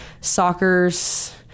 soccer's